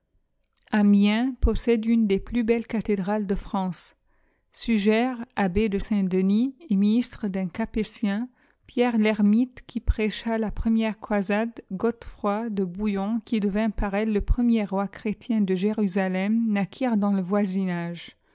amiens possède une des plus belles cathédrales de france suger abbé de saint-denis et ministre d'un capétien pierre l'ermite qui prêcha la première croisade godefroy de bouillon qui devint par elle le premier roi chrétien de jérusalem naquirent dans le voisinage